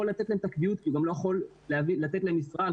לתת להם את הקביעות כי הוא גם לא יכול לתת להם משרה על